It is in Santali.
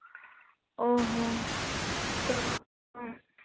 ᱚ ᱦᱚᱸ ᱛᱚ ᱚ